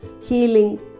healing